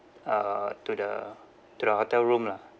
uh to the to the hotel room lah